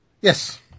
Yes